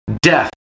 death